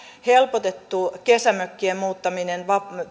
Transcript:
helpotettu kesämökkien muuttaminen